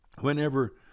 whenever